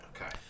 okay